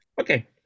okay